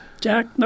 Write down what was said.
Jack